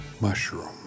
Mushroom